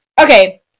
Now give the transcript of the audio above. Okay